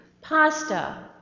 pasta